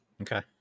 Okay